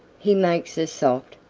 he makes a soft,